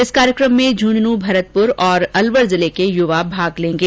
इस कार्यक्रम में झुंझुन भरतपुर और अलवर जिले के युवा भाग लेंगे